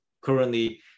currently